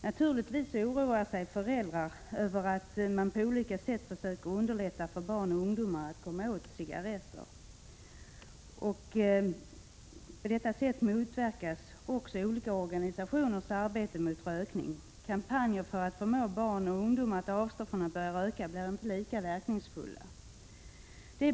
Föräldrar oroar sig naturligtvis över de försök som görs för att underlätta för barn och ungdomar att komma över cigaretter. På detta sätt motverkas också olika organisationers arbete mot rökning. Kampanjer för att förmå barn och ungdomar att avstå från att börja röka blir inte lika verkningsfulla.